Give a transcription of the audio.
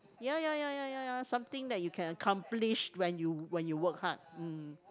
ya ya ya ya ya something that you can accomplish when you when you work hard mm